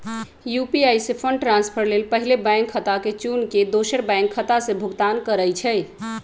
UPI से fund transfer लेल पहिले बैंक खता के चुन के दोसर बैंक खता से भुगतान करइ छइ